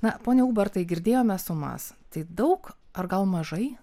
na pone ubartai girdėjome sumas tai daug ar gal mažai